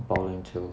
保龄球